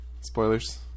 spoilers